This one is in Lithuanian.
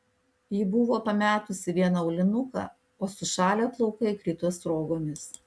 ji buvo pametusi vieną aulinuką o sušalę plaukai krito sruogomis